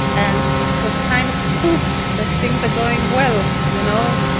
and it was kind of proof that things are going well, you know?